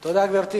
תודה, גברתי.